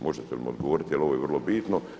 Možete li mi odgovoriti jel ovo je vrlo bitno?